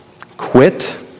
quit